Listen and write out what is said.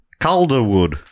Calderwood